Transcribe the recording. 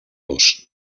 los